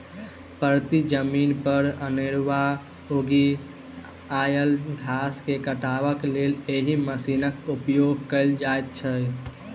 परती जमीन पर अनेरूआ उगि आयल घास के काटबाक लेल एहि मशीनक उपयोग कयल जाइत छै